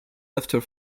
after